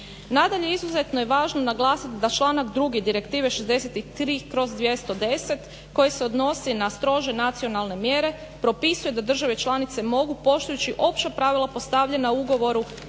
Nadalje izuzetno je važno naglasiti da članak 2. Direktive 63/210 koji se odnosi na strože nacionalne mjere propisuje da države članice mogu poštujući opća pravila postavljena ugovoru